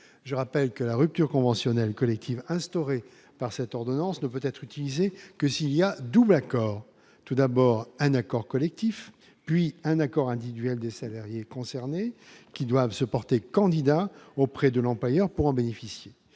je rappelle que la rupture conventionnelle collective instaurée par cette ordonnance ne peut être utilisé que s'il y a double accord tout d'abord un accord collectif, puis un accord individuel des salariés concernés qui doivent se porter candidat auprès de l'employeur pour en bénéficier,